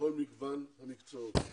בכל מגוון המקצועות.